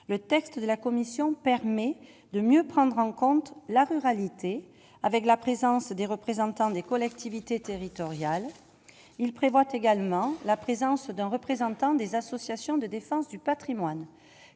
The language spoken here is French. le texte de la commission permet de mieux prendre en compte la ruralité avec la présence des représentants des collectivités territoriales, il prévoit également la présence d'un représentant des associations de défense du Patrimoine